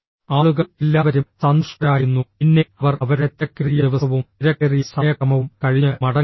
ആളുകൾ എല്ലാവരും സന്തുഷ്ടരായിരുന്നു പിന്നെ അവർ അവരുടെ തിരക്കേറിയ ദിവസവും തിരക്കേറിയ സമയക്രമവും കഴിഞ്ഞ് മടങ്ങുകയായിരുന്നു